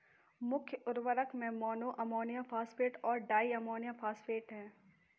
मुख्य उर्वरक में मोनो अमोनियम फॉस्फेट और डाई अमोनियम फॉस्फेट हैं